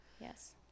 yes